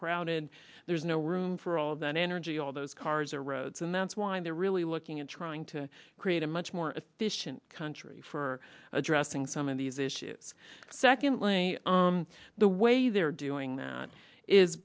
crowded and there's no room for all that energy all those cars are roads and that's why they're really looking at trying to create a much more efficient country for addressing some of these issues secondly the way they're doing that is